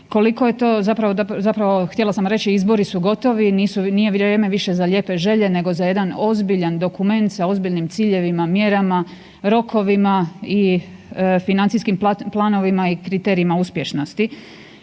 Koliko je to zapravo, zapravo htjela sam reći, izbori su gotovi, nije vrijeme više za lijepe želje nego za jedan ozbiljan dokument sa ozbiljnim ciljevima, mjerama, rokovima i financijskim planovima i kriterijima uspješnosti.